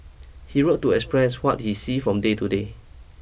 he wrote to express what he see from day to day